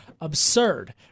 absurd